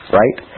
right